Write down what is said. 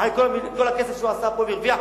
אחרי כל הכסף שהוא עשה פה והרוויח,